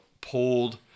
pulled